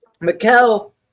Mikel –